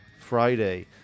Friday